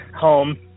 home